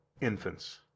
infants